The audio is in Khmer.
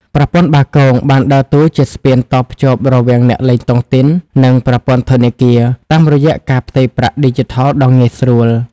ប្រព័ន្ធបាគង បានដើរតួជាស្ពានតភ្ជាប់រវាងអ្នកលេងតុងទីន និងប្រព័ន្ធធនាគារ តាមរយៈការផ្ទេរប្រាក់ឌីជីថលដ៏ងាយស្រួល។